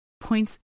points